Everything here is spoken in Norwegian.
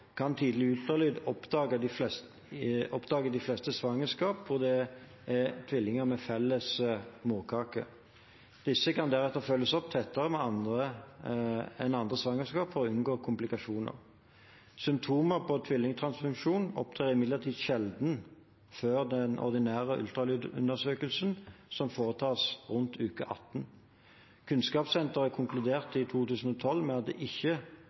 kan man ved tidlig ultralyd oppdage de fleste svangerskap hvor det er tvillinger med felles morkake. Disse kan deretter følges opp tettere enn andre svangerskap for å unngå komplikasjoner. Symptomer på tvillingtransfusjon opptrer imidlertid sjelden før den ordinære ultralydundersøkelsen, som foretas rundt uke 18. Kunnskapssenteret konkluderte i 2012 med at de ikke